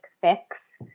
fix